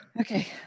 Okay